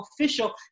official